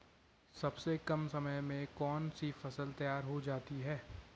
सबसे कम समय में कौन सी फसल तैयार हो जाती है?